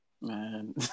Man